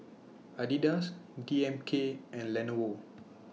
Adidas D M K and Lenovo